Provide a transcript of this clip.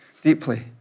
deeply